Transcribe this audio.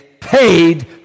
paid